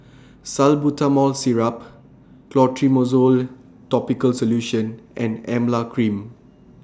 Salbutamol Syrup Clotrimozole Topical Solution and Emla Cream